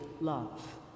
love